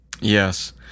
yes